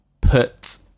put